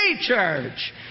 church